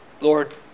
Lord